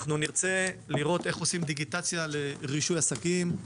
אנחנו נרצה לראות איך עושים דיגיטציה לרישוי עסקים,